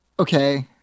Okay